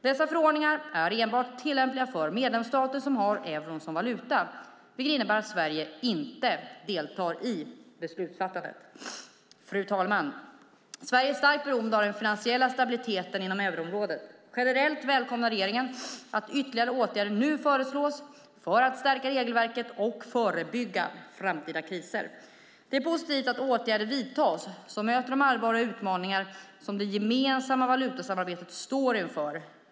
Dessa förordningar är enbart tillämpliga för medlemsstater som har euron som valuta, vilket innebär att Sverige inte deltar i beslutsfattandet. Fru talman! Sverige är starkt beroende av den finansiella stabiliteten inom euroområdet. Generellt välkomnar regeringen att ytterligare åtgärder nu föreslås för att stärka regelverket och förebygga framtida kriser. Det är positivt att åtgärder vidtas som möter de allvarliga utmaningar som det gemensamma valutasamarbetet står inför.